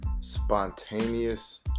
Spontaneous